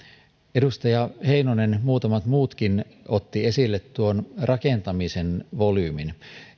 edustaja heinonen muutamat muutkin otti esille tuon rakentamisen volyymin